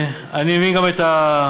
אני מבין גם את ההתנגדות,